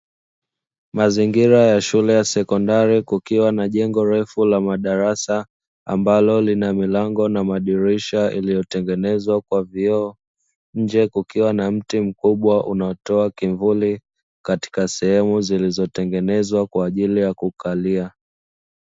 Mazingira ya shule ya sekondari kukiwa na jengo refu ka madarasa, ambalo lina milango na madirisha iliyotengenezwa kwa vioo ,nje kukiwa na mti mkubwa unatoa kivuli katika sehemu zilizotengenezwa kwaajili ya kukalia.